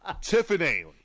Tiffany